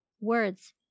Words